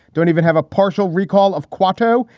don't even have a partial recall of quarto.